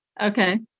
Okay